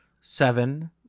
seven